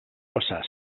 passar